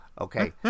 Okay